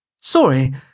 Sorry